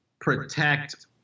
protect